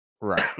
Right